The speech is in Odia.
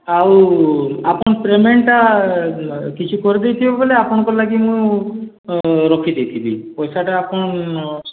ଆଉ ଆପଣ ପେମେଣ୍ଟ୍ ଟା କିଛି କରିଦେଇଥିବେ ବେଲେ ଆପଣ୍ଙ୍କର୍ ଲାଗି ମୁଁ ରଖିଦେଇଥିବି ପଇସାଟା ଆପଣ୍